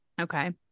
Okay